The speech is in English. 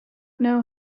know